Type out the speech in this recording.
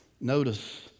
Notice